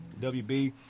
wb